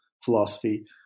philosophy